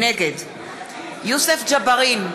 נגד יוסף ג'בארין,